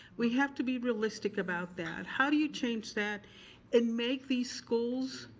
we have to be realistic about that. how do you change that and make these schools,